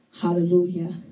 Hallelujah